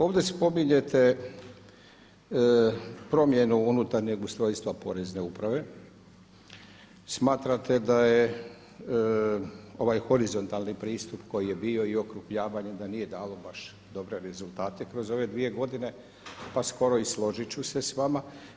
Ovdje spominjete promjenu unutarnjeg ustrojstva porezne uprave, smatrate da je ovaj horizontalni pristup koji je bio i okrupnjavanje da nije dalo baš dobre rezultate kroz ove dvije godine, pa skoro i složiti ću se s vama.